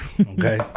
Okay